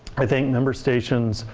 i think member stations,